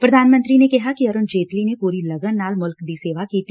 ਪ੍ਰਧਾਨ ਮੰਤਰੀ ਨੇ ਕਿਹਾ ਕਿ ਅਰੁਣ ਜੇਤਲੀ ਨੇ ਪੁਰੀ ਲਗਨ ਨਾਲ ਮੁਲਕ ਦੀ ਸੇਵਾ ਕੀਤੀ